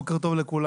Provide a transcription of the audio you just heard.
בוקר טוב לכולם,